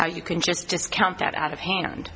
how you can just discount that out of hand